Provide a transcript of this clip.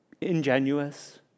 ingenuous